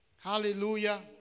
Hallelujah